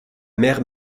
mer